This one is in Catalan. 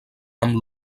amb